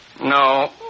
No